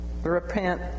repent